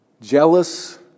jealous